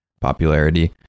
popularity